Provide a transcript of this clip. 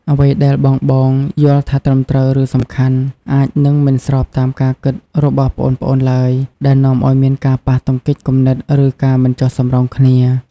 អ្វីដែលបងៗយល់ថាត្រឹមត្រូវ ឬសំខាន់ អាចនឹងមិនស្របតាមការគិតរបស់ប្អូនៗឡើយ ដែលនាំឱ្យមានការប៉ះទង្គិចគំនិត ឬការមិនចុះសម្រុងគ្នា។